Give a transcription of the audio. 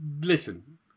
listen